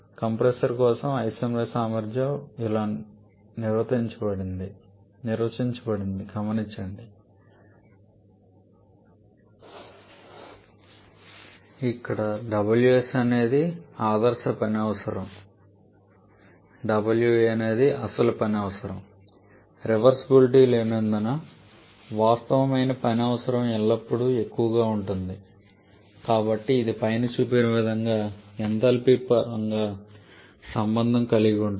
compressor కోసం isentropic సామర్థ్యం ఇలా నిర్వచించబడింది ఎక్కడ ws అనేది ఆదర్శ పని అవసరం wa అనేది అసలు పని అవసరం రివర్సీబులిటీ లేనందున వాస్తవమైన పని అవసరం ఎల్లప్పుడూ ఎక్కువగా ఉంటుంది కాబట్టి ఇది పైన చూపిన విధంగా ఎంథాల్పీ పరంగా సంబంధం కలిగి ఉంటుంది